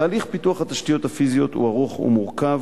תהליך פיתוח התשתיות הפיזיות הוא ארוך ומורכב,